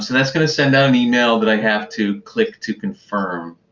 that's going to send out an email that i have to click to confirm.